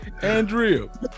Andrea